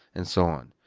and so on.